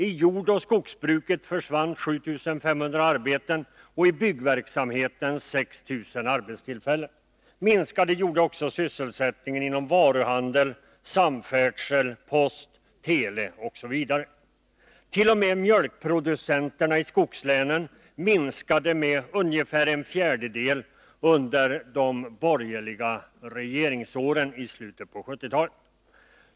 I jordoch skogsbruket försvann 7 500 arbeten och i byggverksamheten 6 000 arbetstillfällen. Minskade gjorde också sysselsättningen inom varuhandeln, samfärdseln, post, tele osv. T. o. m. mjölkproducenterna i skogslänen minskade med ungefär en fjärdedel under de borgerliga regeringsåren i slutet på 1970-talet.